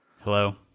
Hello